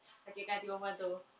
sakitkan hati perempuan tu